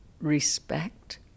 respect